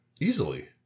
Easily